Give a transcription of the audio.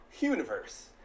universe